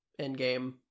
Endgame